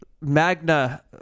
Magna